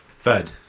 Third